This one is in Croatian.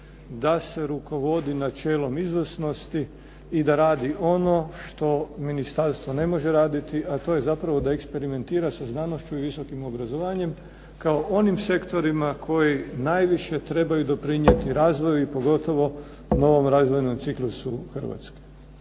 da se rukovodi načelom izvrsnosti i da radi ono što ministarstvo ne može raditi, a to je zapravo da eksperimentira sa znanošću i visokim obrazovanjem, kao onim sektorima koji najviše trebaju doprinijeti razvoju i pogotovo novom razvojnom ciklusu u Hrvatskoj.